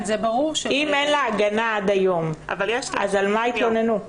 אם אין לה הגנה עד היום, על מה יתלוננו?